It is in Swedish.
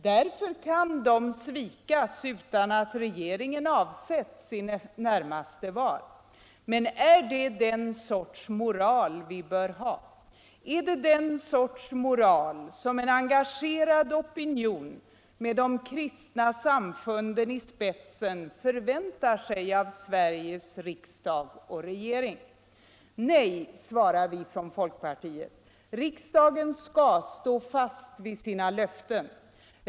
Därför kan de svikas utan att regeringen avsätts i närmaste val. Men är det den sorts moral vi bör ha? Är det den sorts moral som en engagerad opinion med de kristna samfunden i spetsen förväntar sig av Sveriges riksdag och regering? Nej, svarar vi från folkpartiet. Riksdagen skall stå fast vid sina löften.